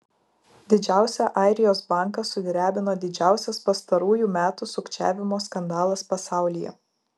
didžiausią airijos banką sudrebino didžiausias pastarųjų metų sukčiavimo skandalas pasaulyje